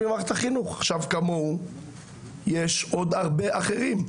כמוהו יש עוד הרבה אחרים,